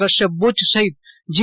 કશ્પય બુચ સહિત જી